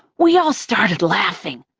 we all started laughing.